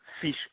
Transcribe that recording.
fish